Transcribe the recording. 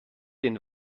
den